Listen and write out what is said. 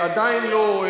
עדיין לא,